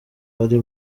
bari